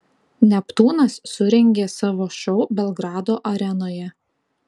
neptūnas surengė savo šou belgrado arenoje